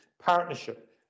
partnership